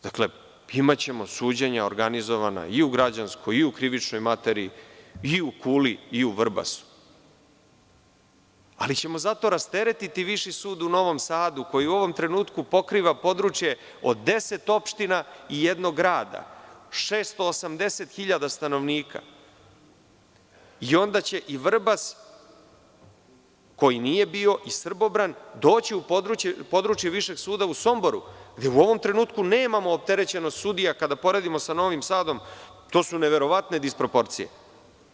Dakle, imaćemo suđenja organizovana i u građanskoj i u krivičnoj materiji i u Kuli i u Vrbasu, ali ćemo zato rasteretiti Viši sud u Novom Sadu koji u ovom trenutku pokriva područje od 10 opština i jednog grada, 680 hiljada stanovnika i onda će i Vrbas koji nije bio i Srbobran, doći u područje Višeg suda u Somboru gde u ovom trenutku nemamo opterećenost sudija, kada uporedimo sa Novim Sadom, to su neverovatne disproporcije.